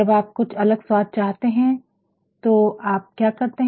जब आप कुछ अलग स्वाद चाहते हैं तो आप क्या करते हैं